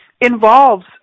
involves